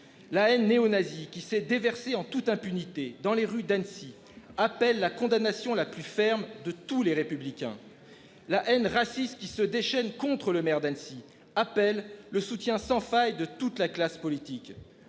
la haine néonazis qui s'est déversée en toute impunité dans les rues d'Annecy appel la condamnation la plus ferme de tous les républicains. La haine raciste qui se déchaîne contre le maire d'Annecy, appelle le soutien sans faille de toute la classe politique.